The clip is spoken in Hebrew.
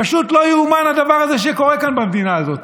פשוט לא ייאמן הדבר הזה שקורה כאן, במדינה הזאת.